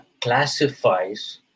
classifies